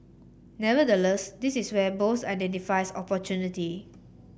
nevertheless this is where Bose identifies opportunity